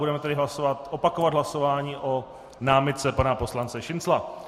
Budeme tedy opakovat hlasování o námitce pana poslance Šincla.